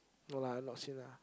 no lah I'm not seem lah